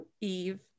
eve